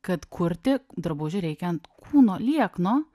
kad kurti drabužį reikia ant kūno liekno